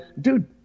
dude